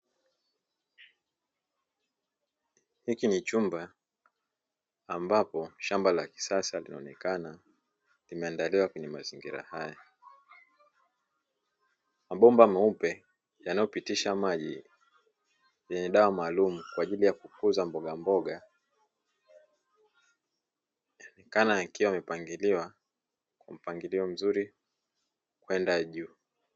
Hiki ni chumba ambapo shamba la kisasa linaonekana limeandaliwa kwa mazingira haya. Mabomba meuoe yanayo pitisha maji yenye dawa maalumu kwa ajiri ya kukuza mboga mboga yanaonekana yakiwa yamepangiliwa kwa mapangilio mzuri kwenda juu